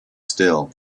still